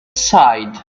sighed